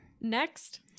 Next